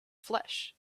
flesh